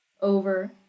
over